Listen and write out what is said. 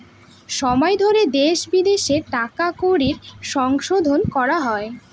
সময় ধরে দেশে বিদেশে টাকা কড়ির সংশোধন করা হয়